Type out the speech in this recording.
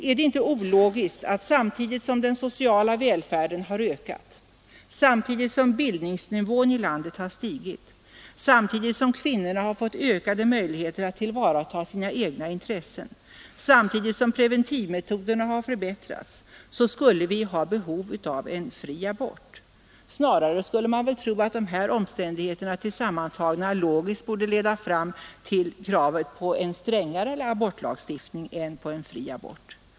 Är det inte ologiskt att samtidigt som den sociala välfärden har ökat, samtidigt som utbildningsnivån i landet har stigit, samtidigt som kvinnorna har fått ökade möjligheter att tillvarata sina egna intressen, samtidigt som preventivmetoderna har förbättrats, skulle vi ha behov av en fri abort. Snarare skulle man väl tro att dessa omständigheter tillsammantagna logiskt borde leda fram till kravet på en strängare abortlagstiftning än på fri abort.